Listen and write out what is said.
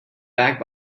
back